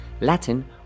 Latin